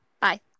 Bye